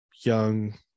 young